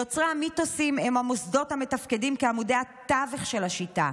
יוצרי המיתוסים הם המוסדות המתפקדים כעמודי התווך של השיטה,